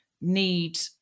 need